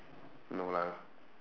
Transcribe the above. no lah